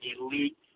elite